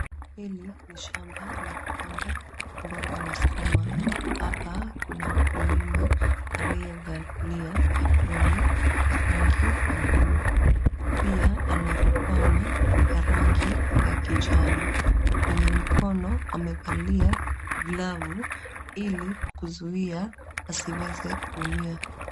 Hili ni shamba la kupanda mboga na skuma. Hapa kuna mkulima aliyevalia aproni ya rangi wa buluu. Pia ana rukwama ya rangi ya kijani. Kwenye mikono amevalia glavu ili kuzuia asiweze kuumia.